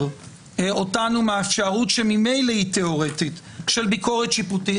אותנו מהאפשרות שממילא היא תיאורטית של ביקורת שיפוטית,